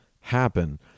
happen